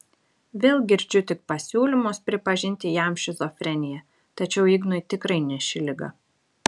vėl girdžiu tik siūlymus pripažinti jam šizofreniją tačiau ignui tikrai ne ši liga